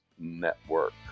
Network